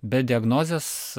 be diagnozės